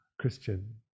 Christian